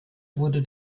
wurde